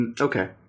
Okay